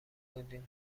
بودیم